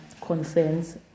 concerns